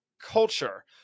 culture